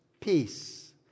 peace